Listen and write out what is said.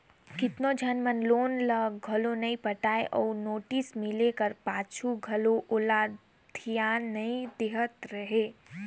केतनो झन मन लोन ल घलो नी पटाय अउ नोटिस मिले का पाछू घलो ओला धियान नी देहत रहें